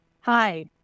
Hi